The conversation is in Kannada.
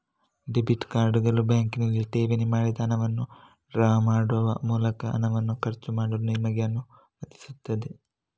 ಡೆಬಿಟ್ ಕಾರ್ಡುಗಳು ಬ್ಯಾಂಕಿನಲ್ಲಿ ಠೇವಣಿ ಮಾಡಿದ ಹಣವನ್ನು ಡ್ರಾ ಮಾಡುವ ಮೂಲಕ ಹಣವನ್ನು ಖರ್ಚು ಮಾಡಲು ನಿಮಗೆ ಅನುಮತಿಸುತ್ತವೆ